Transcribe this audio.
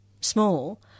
small